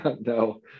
no